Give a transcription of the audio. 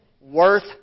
worth